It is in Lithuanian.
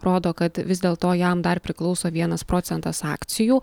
rodo kad vis dėl to jam dar priklauso vienas procentas akcijų